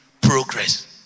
progress